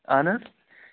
اَہن حظ